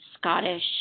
Scottish